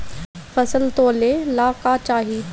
फसल तौले ला का चाही?